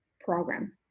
program